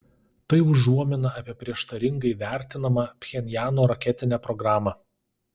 tai užuomina apie prieštaringai vertinamą pchenjano raketinę programą